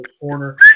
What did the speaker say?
corner